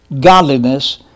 godliness